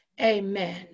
amen